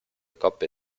coppe